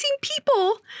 people